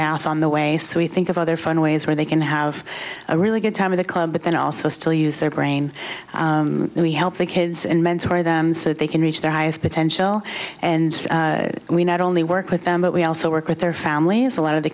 math on the way so we think of other fun ways where they can have a really good time in the club but then also still use their brain and we help the kids and mentor them so that they can reach their highest potential and we not only work with them but we also work with their families a lot of the